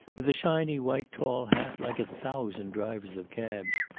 with a shiny white tall hat, like a thousand drivers of cabs.